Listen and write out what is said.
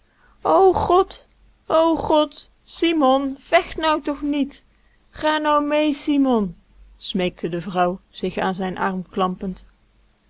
od od imon vecht nou toch niet ga nou mee simon smeekte de vrouw zich aan zijn arm klampend